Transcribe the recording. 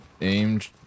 aimed